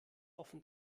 offen